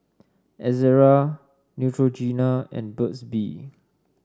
Ezerra Neutrogena and Burt's Bee